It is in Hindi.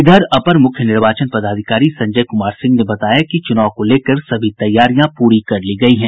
इधर अपर मुख्य निर्वाचन पदाधिकारी संजय कुमार सिंह ने बताया कि चुनाव को लेकर सभी तैयारियां पूरी कर ली गयी हैं